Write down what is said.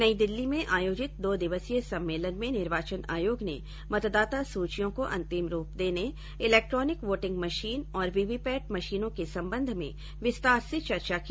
नई दिल्ली में आयोजित दो दिवसीय सम्मेलन में निर्वाचन आयोग ने मतदाता सूचियों को अंतिम रूप देने इलेक्ट्रानिक वोटिंग मशीन और वीवीपैट मशीनों के संबंध में विस्तार से चर्चा की